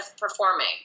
performing